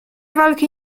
walki